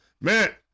Man